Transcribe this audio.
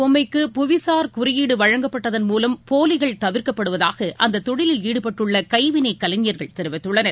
பொம்மைக்கு புவிசார் குறியீடுவழங்கப்பட்டதன் போலிகள் தஞ்சாவூர் மூலம் தவிர்க்கப்படுவதாகஅந்தத் தொழிலில் ஈடுபட்டுள்ளகைவினைக்கலைஞர்கள் தெரிவித்துள்ளனர்